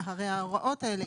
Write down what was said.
הרי ההוראות האלה,